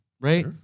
Right